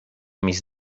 mis